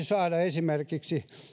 saada esimerkiksi